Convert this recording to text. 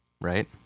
Right